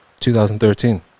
2013